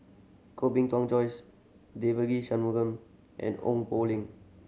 Koh Bee Tuan Joyce Devagi Sanmugam and Ong Poh Lim